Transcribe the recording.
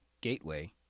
Gateway